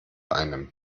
einem